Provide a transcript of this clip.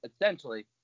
essentially